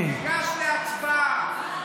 ניגש להצבעה.